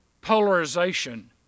polarization